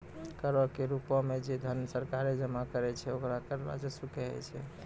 करो के रूपो मे जे धन सरकारें जमा करै छै ओकरा कर राजस्व कहै छै